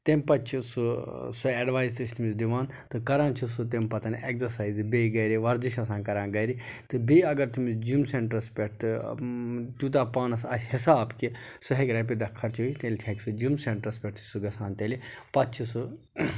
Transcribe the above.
تمہِ پَتہٕ چھِ سُہ سۄ ایٚڈوایس أسۍ تٔمِس دِوان تہٕ کَران چھِ سُہ تمہِ پَتَن ایٚگزَرسایزٕ بیٚیہِ گرِ وَرزِش آسان کَران گرِِ تہٕ بیٚیہِ اگر تٔمِس جِم سٮٚینٹرَس پٮ۪ٹھ تہٕ تیوٗتاہ پانَس آسہِ حِساب کہِ سُہ ہیٚکہِ رۄپیہِ دہ خرچٲیِتھ تیٚلہِ ہیٚکہِ سُہ جِم سیٚنٹرَس پٮ۪ٹھ چھِ سُہ گژھان تیٚلہِ پَتہٕ چھُ سُہ